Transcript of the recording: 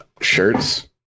Shirts